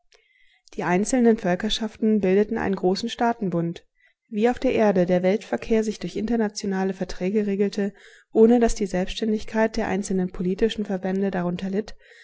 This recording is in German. die einzelnen völkerschaften bildeten einen großen staatenbund wie auf der erde der weltverkehr sich durch internationale verträge regelte ohne daß die selbständigkeit der einzelnen politischen verbände darunter litt